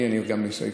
אני יותר ערני.